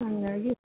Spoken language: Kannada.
ಹಾಗಾಗಿ